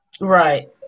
Right